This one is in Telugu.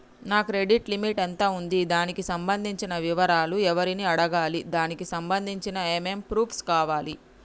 నా క్రెడిట్ లిమిట్ ఎంత ఉంది? దానికి సంబంధించిన వివరాలు ఎవరిని అడగాలి? దానికి సంబంధించిన ఏమేం ప్రూఫ్స్ కావాలి?